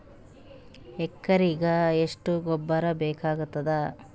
ಎಕರೆಗ ಎಷ್ಟು ಗೊಬ್ಬರ ಬೇಕಾಗತಾದ?